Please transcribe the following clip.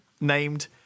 named